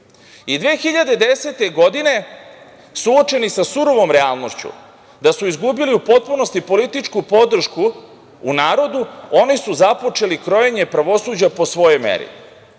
2010, suočeni sa surovom realnošću da su izgubili u potpunosti političku podršku u narodu, oni su započeli krojenje pravosuđa po svojoj meri.